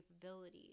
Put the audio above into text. capabilities